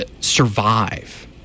survive